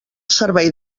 servei